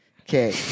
Okay